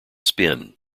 spin